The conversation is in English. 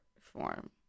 form